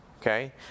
okay